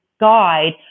guide